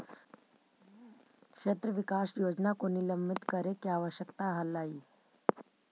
क्षेत्र विकास योजना को निलंबित करे के आवश्यकता हलइ